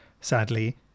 Sadly